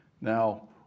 now